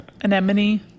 Anemone